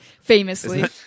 famously